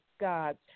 God